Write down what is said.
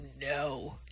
no